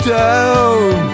down